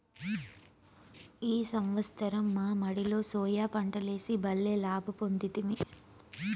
ఈ సంవత్సరం మా మడిలో సోయా పంటలేసి బల్లే లాభ పొందితిమి